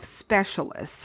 specialists